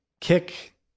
kick